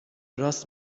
راست